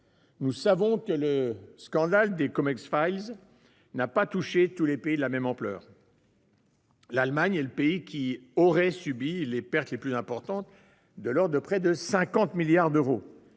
Nous savons que le scandale des n'a pas touché tous les pays avec la même ampleur. L'Allemagne aurait subi les pertes les plus importantes, de l'ordre de 50 milliards d'euros.